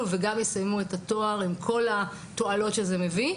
וגם יסיימו את התואר עם כל התועלות שזה מביא.